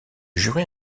jury